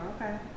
okay